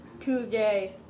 Tuesday